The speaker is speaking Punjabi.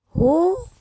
ਹੋ